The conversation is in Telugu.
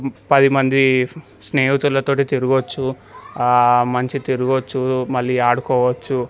పది మంది స్నేహితులతో తిరగొచ్చు ఆ మంచి తిరగొచ్చు మళ్ళీ ఆడుకోవచ్చు